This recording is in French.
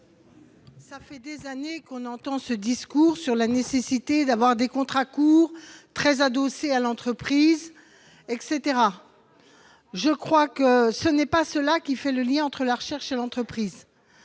Cela fait des années que l'on entend ce discours sur la nécessité d'avoir des contrats courts, adossés à l'entreprise. À mon sens, ce qui fait le lien entre la recherche et l'entreprise,